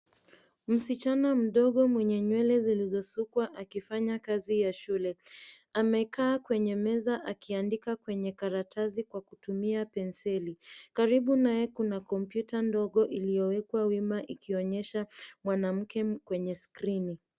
Msichana mdogo mwenye nwyele zilizosukwa akifanya kazi ya shule. Amekaa kwenye meza akiandika kwenye karatasi kwa kutumia penseli. Karibu naye kuna kompyuta ndogo iliyowekwa wima ikionyesha mwanamke kwenye skrini.